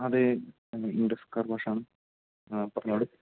അതേ അതെ ഇൻ്റസ് കാർ വാഷാണ് ആ പറഞ്ഞോളൂ